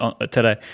today